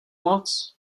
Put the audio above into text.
moc